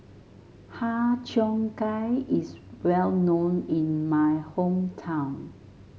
Har Cheong Gai is well known in my hometown